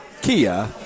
Kia